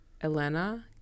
Elena